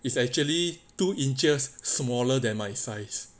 it's actually two inches smaller than my size